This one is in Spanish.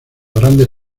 grandes